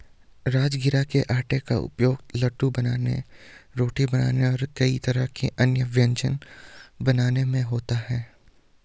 राजगिरा के आटे का उपयोग लड्डू बनाने रोटी बनाने और कई तरह के अन्य व्यंजन बनाने में होता है